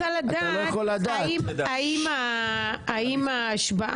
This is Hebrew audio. הגימטריה בדקתי מה זה שלמה